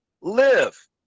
Live